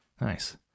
Nice